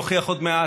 אוכיח עוד מעט,